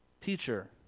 Teacher